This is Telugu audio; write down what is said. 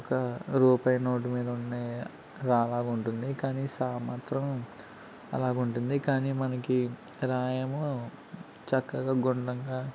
ఒక రూపాయి నోటు మీద ఉన్నే రా లాగ ఉంటుంది కానీ సా మాత్రం అలాగ ఉంటుంది కానీ మనకి రా ఏమో చక్కగా గుడ్రంగా